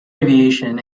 aviation